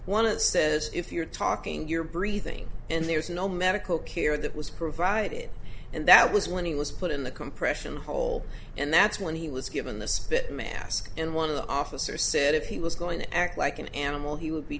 the says if you're talking you're breathing and there's no medical care that was provided and that was when he was put in the compression hole and that's when he was given the spit man asked and one of the officer said if he was going to act like an animal he would be